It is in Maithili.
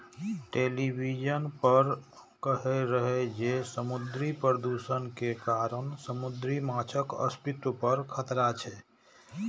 टेलिविजन पर कहै रहै जे समुद्री प्रदूषण के कारण समुद्री माछक अस्तित्व पर खतरा छै